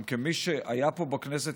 גם כמי שהיה פה בכנסת,